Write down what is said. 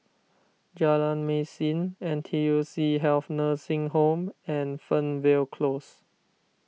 Jalan Mesin N T U C Health Nursing Home and Fernvale Close